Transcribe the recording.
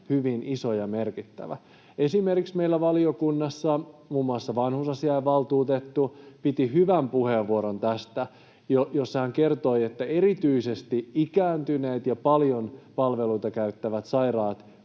hyvin iso ja merkittävä. Esimerkiksi meillä valiokunnassa muun muassa vanhusasiainvaltuutettu piti tästä hyvän puheenvuoron, jossa hän kertoi, että erityisesti ikääntyneet ja paljon palveluita käyttävät sairaat,